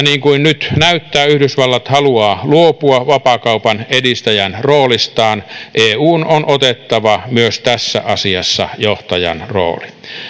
niin kuin nyt näyttää yhdysvallat haluaa luopua vapaakaupan edistäjän roolistaan eun on otettava myös tässä asiassa johtajan rooli